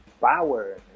power